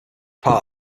part